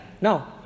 No